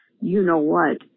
you-know-what